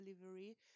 delivery